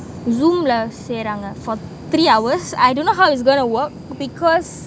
zoom ல செய்றாங்க:la seiranga for three hours I don't know how it's going to work because